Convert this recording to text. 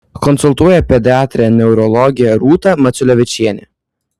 konsultuoja pediatrė neurologė rūta maciulevičienė